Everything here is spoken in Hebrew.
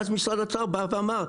ואז משרד האוצר בא ואמר,